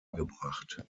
gebracht